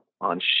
on